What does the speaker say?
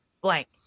blank